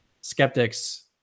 skeptics